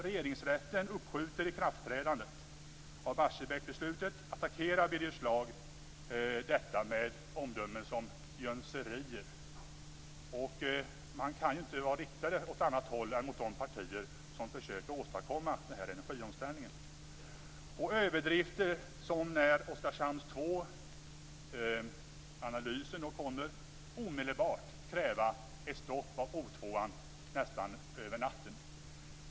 Barsebäcksbeslutet attackerar Birger Schlaug detta med omdömen som jönserier. Man kan ju inte rikta sig mot annat håll än mot de partier som försöker att åstadkomma energiomställningen. Man ägnar sig åt överdrifter, som när Oskarshamn 2-analysen kom då man omedelbart krävde ett stopp av O-2:an nästan över natten.